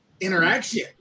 interaction